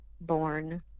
born